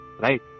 right